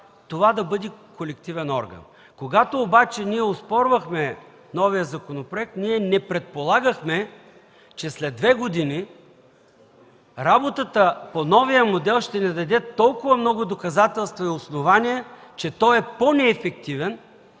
това да бъде колективен орган. Когато обаче ние оспорвахме новия законопроект, ние не предполагахме, че след две години работата по новия модел ще ни даде толкова много доказателства и основания, че той е по-неефективен,